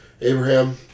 Abraham